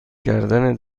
کردن